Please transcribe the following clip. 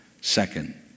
second